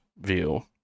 view